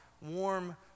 warm